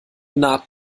naht